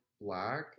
black